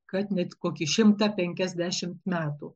kad net kokį šimtą penkiasdešimt metų